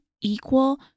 equal